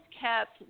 kept